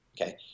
Okay